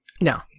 No